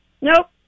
Nope